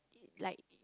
like